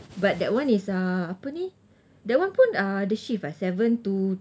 but that one is uh apa ni that one pun uh ada shift ah seven to